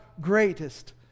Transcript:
greatest